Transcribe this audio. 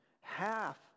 half